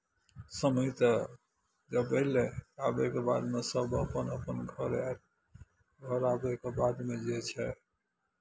समय तऽ जब अयलै अबयके बादमे सभ अपन अपन घर आबि घर आबयके बादमे जे छै